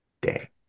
day